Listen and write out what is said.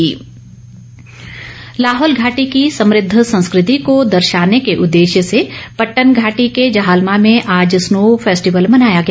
snow festival Lahaul घाटी की समृद्ध संस्कृति को द ाने के उददे य से पट्टन घाटी के जहालमा में आज स्नो फेस्टिवल मनाया गया